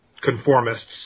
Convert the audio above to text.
conformists